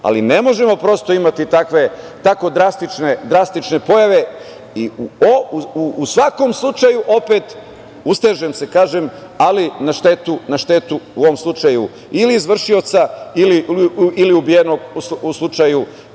Ne možemo prosto imati tako drastične pojave i u svakom slučaju opet, ustežem se, kažem, ali na štetu, u ovom slučaju, ili izvršioca ili ubijenog u slučaju